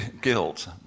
guilt